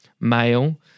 Male